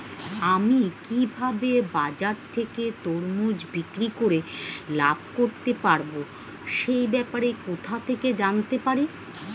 আমি কিভাবে বাজার থেকে তরমুজ বিক্রি করে লাভ করতে পারব সে ব্যাপারে কোথা থেকে জানতে পারি?